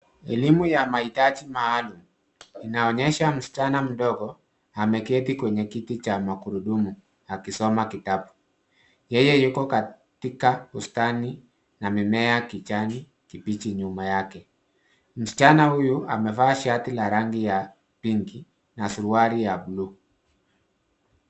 Elimu ya mahitaji maalum inaonesha msichana mdogo ameketi kwenye kiti cha magurudumu akisoma kitabu. Yeye yuko katika bustani na mimea kijani kibichi nyuma yake. Msichana huyu amevaa shati la rangi ya pinki na suruali ya buluu.